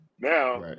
now